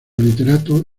literato